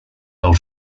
del